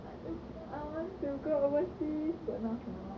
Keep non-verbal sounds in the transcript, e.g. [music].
[noise] I want to go overseas but now cannot